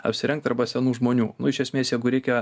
apsirengt arba senų žmonių nu iš esmės jeigu reikia